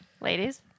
Ladies